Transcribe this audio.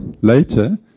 later